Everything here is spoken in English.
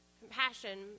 Compassion